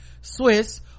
swiss